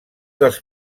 dels